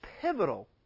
pivotal